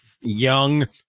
young